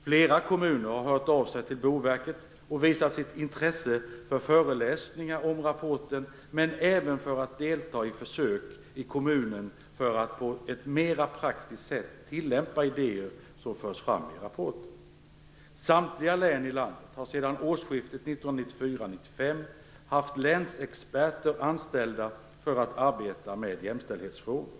Flera kommuner har hört av sig till Boverket och visat sitt intresse för föreläsningar om rapporten men även för att delta i försök i kommunen för att på ett mera praktiskt sätt tillämpa idéer som förs fram i rapporten. Samtliga län i landet har sedan årsskiftet 1994/95 haft länsexperter anställda för att arbeta med jämställdhetsfrågor.